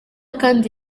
kandi